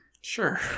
Sure